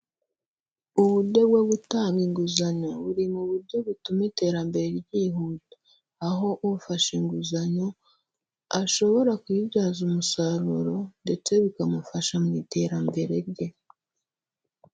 Uburyo bwo gutanga inguzanyo buri mu buryo butuma iterambere ryihuta, aho ufashe inguzanyo ashobora kuyibyaza umusaruro ndetse bikamufasha mu iterambere rye.